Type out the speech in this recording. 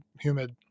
humid